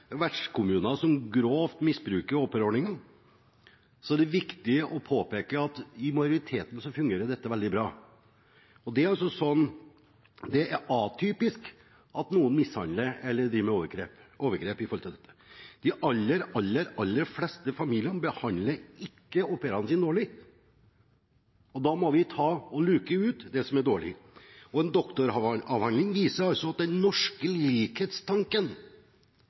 fungerer veldig bra for majoriteten. Det er atypisk at noen mishandler eller driver med overgrep. De aller, aller fleste familiene behandler ikke au pairene sine dårlig, så da må vi luke ut det som er dårlig. En doktoravhandling viser altså at den norske likhetstanken